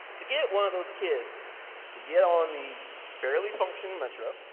to get one of those kids to get on the early function metro,